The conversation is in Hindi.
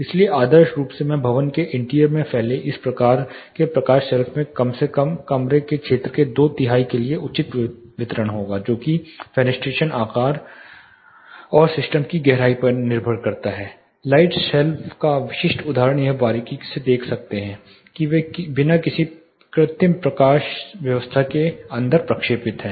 इसलिए आदर्श रूप से भवन के इंटीरियर में फैले इस प्रकार के प्रकाश शेल्फ में कम से कम कमरे के क्षेत्र के दो तिहाई के लिए उचित वितरण होगा जो कि फेनेस्ट्रेशन आकार और सिस्टम की गहराई पर निर्भर करता है लाइट सेल्फ का विशिष्ट उदाहरण यह बारीकी से देख सकते हैं कि वे बिना किसी कृत्रिम प्रकाश व्यवस्था के अंदर प्रक्षेपित हैं